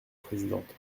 présidente